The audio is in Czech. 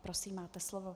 Prosím, máte slovo.